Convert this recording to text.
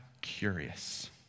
curious